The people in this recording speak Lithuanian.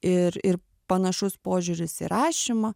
ir ir panašus požiūris į rašymą